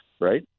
right